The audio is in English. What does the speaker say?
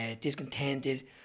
discontented